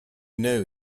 know